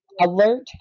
alert